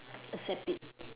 accept it